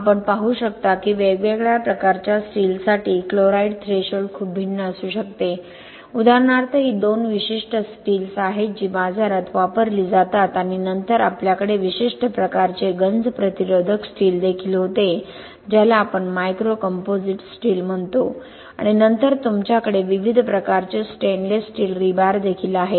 आपण पाहू शकता की वेगवेगळ्या प्रकारच्या स्टीलसाठी क्लोराईड थ्रेशोल्ड खूप भिन्न असू शकते उदाहरणार्थ ही 2 विशिष्ट स्टील्स आहेत जी बाजारात वापरली जातात आणि नंतर आपल्याकडे विशिष्ट प्रकारचे गंज प्रतिरोधक स्टील देखील होते ज्याला आपण मायक्रो कंपोझिट स्टील म्हणतो आणि नंतर तुमच्याकडे विविध प्रकारचे स्टेनलेस स्टील रीबार देखील आहेत